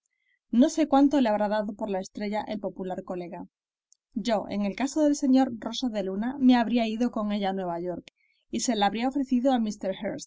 no sé cuánto le habrá dado por la estrella el popular colega yo en el caso del sr roso de luna me habría ido con ella a nueva york y se la habría ofrecido a